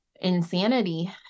insanity